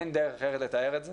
אין דרך אחרת לתאר את זה,